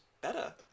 better